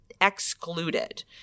excluded